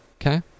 Okay